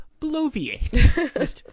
bloviate